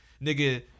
nigga